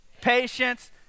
patience